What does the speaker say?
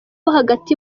hagati